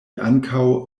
ankaŭ